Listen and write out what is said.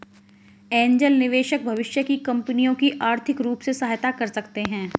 angel निवेशक भविष्य की कंपनियों की आर्थिक रूप से सहायता कर सकते हैं